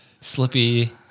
Slippy